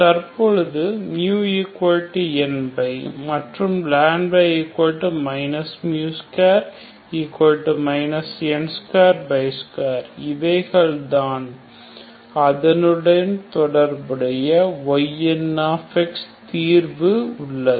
தற்பொழுது μnπ மற்றும் μ2 n22 இவைகள்தான் அதனுடன் தொடர்புடைய yn தீர்வு உள்ளது